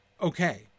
okay